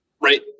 Right